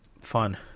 fun